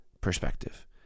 perspective